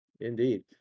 Indeed